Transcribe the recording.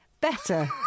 better